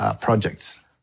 Projects